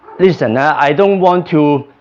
listen i don't want to,